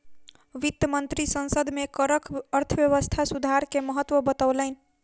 वित्त मंत्री संसद में करक अर्थव्यवस्था सुधार के महत्त्व बतौलैन